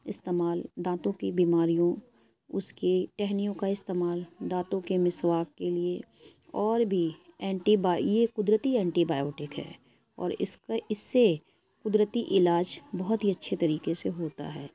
استعمال دانتوں کی بیماریوں اس کی ٹہنیوں کا استعمال دانتوں کے مسواک کے لیے اور بھی اینٹی با یہ قدرتی اینٹی بائیوٹک ہے اور اس کا اس سے قدرتی علاج بہت ہی اچھے طریقے سے ہوتا ہے